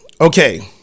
okay